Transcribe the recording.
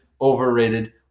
overrated